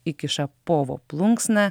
įkiša povo plunksną